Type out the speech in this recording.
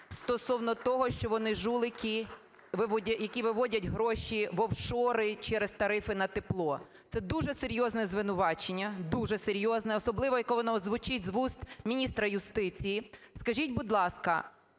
стосовно того, що вони жулики, які виводять гроші в офшори через тарифи на тепло. Це дуже серйозне звинувачення, дуже серйозне, особливо, коли воно звучить з вуст міністра юстиції. Скажіть, будь ласка,